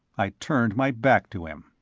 i turned my back to him.